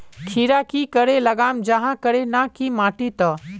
खीरा की करे लगाम जाहाँ करे ना की माटी त?